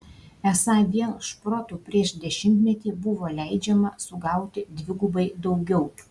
esą vien šprotų prieš dešimtmetį buvo leidžiama sugauti dvigubai daugiau